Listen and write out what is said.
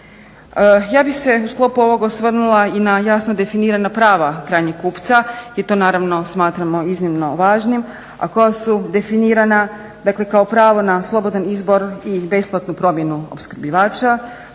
Ja bih se u sklopu ovog osvrnula i na jasno definirana prava krajnjeg kupca jer to naravno smatramo iznimno važnim, a koja su definirana dakle kao pravo na slobodan izbor i besplatnu promjenu opskrbljivača,